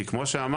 כי כמו שאמרתי,